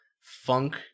funk